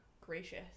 gracious